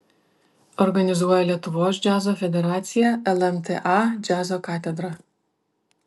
organizuoja lietuvos džiazo federacija lmta džiazo katedra